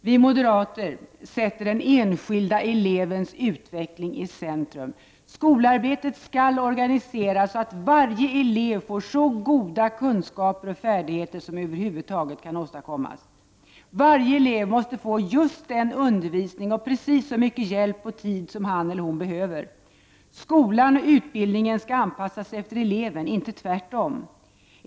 Vi moderater sätter den enskilda elevens utveckling i centrum. Skolarbetet skall organiseras så att varje elev får så goda kunskaper och färdigheter som över huvud taget kan åstadkommas. Varje elev måste få just den undervisning och precis så mycket hjälp och tid som han eller hon behöver. Skolan och utbildningen skall anpassas efter eleven — inte tvärtom!